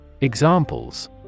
Examples